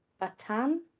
batan